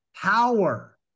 power